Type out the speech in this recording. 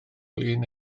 lun